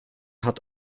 hat